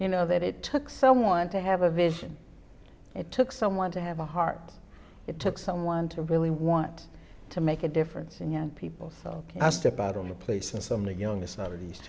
you know that it took someone to have a vision it took someone to have a heart it took someone to really want to make a difference in young people so i step out on the place and some of the younge